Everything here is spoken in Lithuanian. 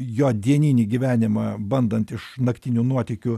jo dieninį gyvenimą bandant iš naktinių nuotykių